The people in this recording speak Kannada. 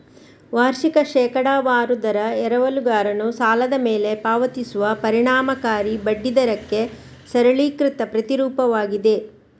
ವಾರ್ಷಿಕ ಶೇಕಡಾವಾರು ದರ ಎರವಲುಗಾರನು ಸಾಲದ ಮೇಲೆ ಪಾವತಿಸುವ ಪರಿಣಾಮಕಾರಿ ಬಡ್ಡಿ ದರಕ್ಕೆ ಸರಳೀಕೃತ ಪ್ರತಿರೂಪವಾಗಿದೆ